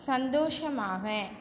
சந்தோஷமாக